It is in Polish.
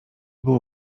było